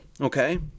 Okay